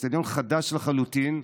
אצטדיון חדש לחלוטין.